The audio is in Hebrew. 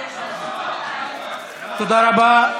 תודה רבה.